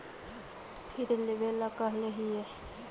फिर लेवेला कहले हियै?